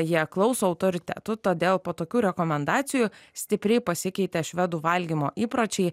jie klauso autoritetų todėl po tokių rekomendacijų stipriai pasikeitė švedų valgymo įpročiai